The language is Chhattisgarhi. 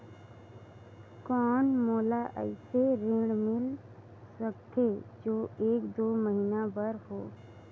कौन मोला अइसे ऋण मिल सकथे जो एक दो महीना बर हो?